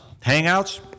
Hangouts